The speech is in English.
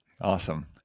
Awesome